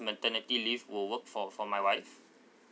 maternity leave will work for for my wife